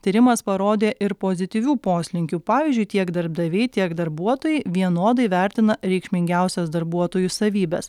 tyrimas parodė ir pozityvių poslinkių pavyzdžiui tiek darbdaviai tiek darbuotojai vienodai vertina reikšmingiausias darbuotojų savybes